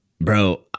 Bro